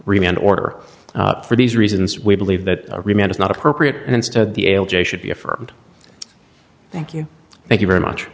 remand order for these reasons we believe that remand is not appropriate and instead the l j should be affirmed thank you thank you very much